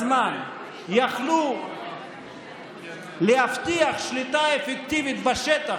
יכלו להבטיח לאורך זמן שליטה אפקטיבית בשטח